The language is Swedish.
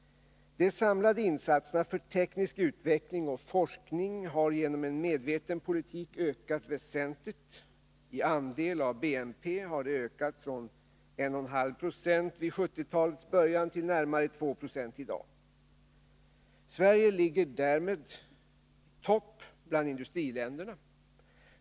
De samlade insatserna för teknisk utveckling och forskning har genom en medveten politik ökat väsentligt. I andel av BNP har de ökat från 1,5 90 vid 1970-talets början till närmare 2 20 i dag. Sverige ligger därmed i topp bland industriländerna.